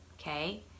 okay